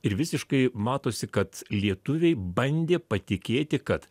ir visiškai matosi kad lietuviai bandė patikėti kad